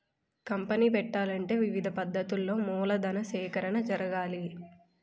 company పెట్టాలంటే వివిధ పద్ధతులలో మూలధన సేకరణ జరగాలి